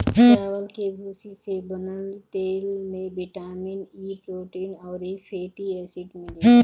चावल के भूसी से बनल तेल में बिटामिन इ, प्रोटीन अउरी फैटी एसिड मिलेला